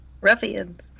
Ruffians